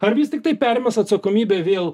ar vis tiktai permes atsakomybę vėl